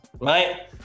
right